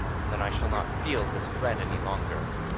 and then i shall not feel this dread any longer.